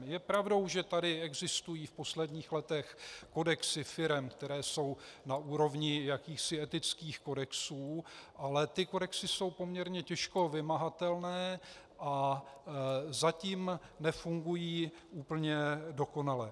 Je pravdou, že tady existují v posledních letech kodexy firem, které jsou na úrovni jakýchsi etických kodexů, ale ty kodexy jsou poměrně těžko vymahatelné a zatím nefungují úplně dokonale.